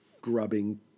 grubbing